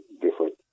different